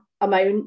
Amount